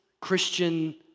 Christian